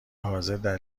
حاضردر